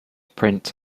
print